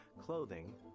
clothing